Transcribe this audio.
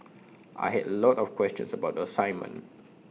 I had A lot of questions about the assignment